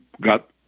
got